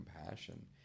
compassion